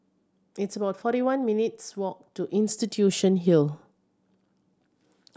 it's about forty one minutes' walk to Institution Hill